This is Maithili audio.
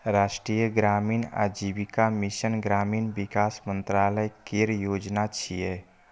राष्ट्रीय ग्रामीण आजीविका मिशन ग्रामीण विकास मंत्रालय केर योजना छियै